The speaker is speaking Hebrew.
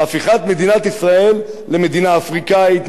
והפיכת מדינת ישראל למדינה אפריקנית,